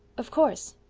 of course.